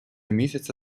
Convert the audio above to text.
місяця